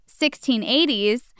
1680s